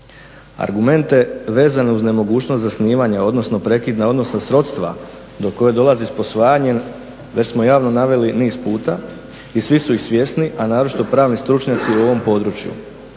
Argumente vezane uz nemogućnost zasnivanja odnosno prekide odnosa srodstva do koje dolazi s posvajanjem već smo javno naveli niz puta i svi su ih svjesni, a naročito pravni stručnjaci u ovom području.